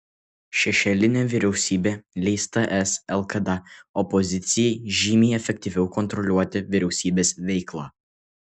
šešėlinė vyriausybė leis ts lkd opozicijai žymiai efektyviau kontroliuoti vyriausybės veiklą